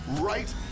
right